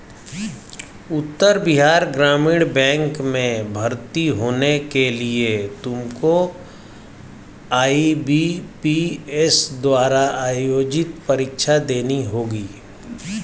उत्तर Bihar Gramin bank में भर्ती होने के लिए तुमको आई.बी.पी.एस द्वारा आयोजित परीक्षा देनी होगी